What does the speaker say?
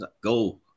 Go